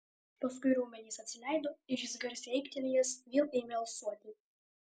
paskui raumenys atsileido ir jis garsiai aiktelėjęs vėl ėmė alsuoti